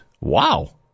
Wow